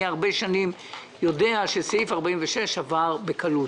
כבר שנים רבות אני יודע שסעיף 46 עבר בקלות